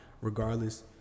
regardless